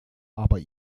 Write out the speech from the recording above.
aber